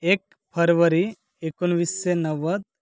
एक फरवरी एकोणवीसशे नव्वद